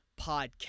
podcast